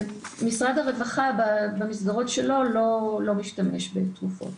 משרד הרווחה במסגרות שלו לא משתמש בתרופות,